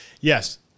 Yes